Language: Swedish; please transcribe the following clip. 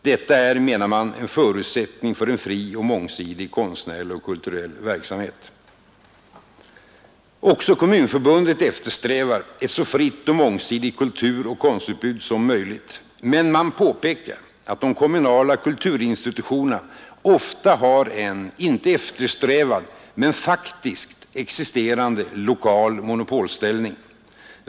Detta är, menar man, en förutsättning för en fri och mångsidig konstnärlig och kulturell verksamhet. Också Kommunförbundet eftersträvar ett så fritt och mångsidigt kulturoch konstutbud som möjligt. Men man påpekar att de kommunala kulturinstitutionerna ofta har en inte eftersträvad, men faktiskt existerande lokal monopolställning.